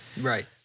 Right